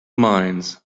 minds